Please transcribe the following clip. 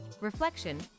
reflection